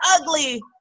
ugly